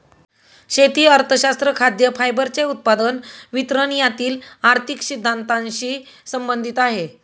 शेती अर्थशास्त्र खाद्य, फायबरचे उत्पादन, वितरण यातील आर्थिक सिद्धांतानशी संबंधित आहे